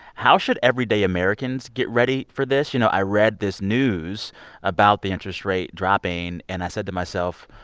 how should everyday americans get ready for this? you know, i read this news about the interest rate dropping, and i said to myself,